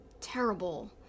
terrible